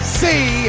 see